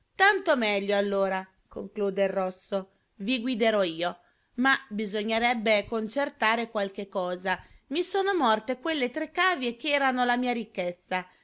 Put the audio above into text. tanto meglio allora conclude il osso i guiderò io ma bisognerebbe concertare qualche cosa mi sono morte quelle tre cavie ch'erano la mia ricchezza